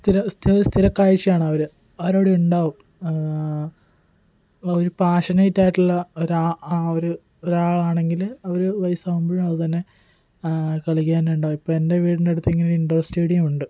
സ്ഥിര സ്ഥിര സ്ഥിരകാഴ്ചയാണ് അവർ അവരവിടെ ഉണ്ടാവും ഒരു പാഷണേറ്റായിട്ടുള്ള ഒരാ ആ ഒരു ഒരാളാണെങ്കിൽ അവർ വയസാകുമ്പോഴും അതുതന്നെ കളിക്കാനുണ്ടാവും ഇപ്പം എൻ്റെ വീടിനടുത്തു ഇങ്ങനെയൊരു ഇൻഡോർ സ്റ്റേഡിയം ഉണ്ട്